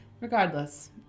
Regardless